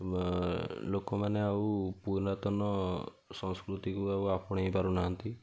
ଲୋକମାନେ ଆଉ ପୁରାତନ ସଂସ୍କୃତିକୁ ଆଉ ଆପଣାଇ ପାରୁନାହାନ୍ତି